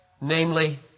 Namely